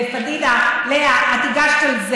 ופדידה,